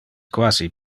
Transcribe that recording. quasi